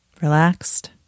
Relaxed